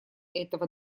этого